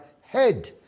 head